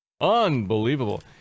Unbelievable